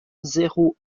zéro